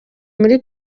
muri